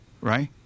right